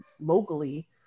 locally